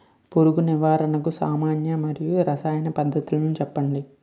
పురుగుల నివారణకు సామాన్య మరియు రసాయన పద్దతులను చెప్పండి?